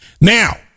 Now